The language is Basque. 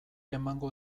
emango